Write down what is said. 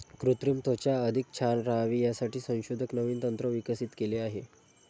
कृत्रिम त्वचा अधिक छान राहावी यासाठी संशोधक नवीन तंत्र विकसित केले आहे